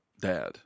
dad